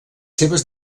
seves